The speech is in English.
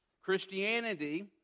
Christianity